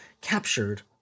captured